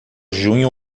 junho